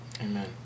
Amen